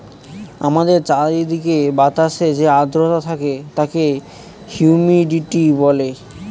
আমাদের চারিদিকের বাতাসে যে আদ্রতা থাকে তাকে হিউমিডিটি বলে